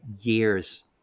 years